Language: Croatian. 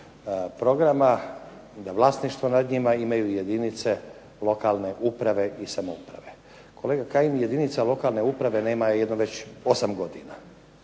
programa, da vlasništvo nad njima imaju jedinice lokalne uprave i samouprave. Kolega Kajin jedinica lokalne uprave nema je jedno već 8 godina.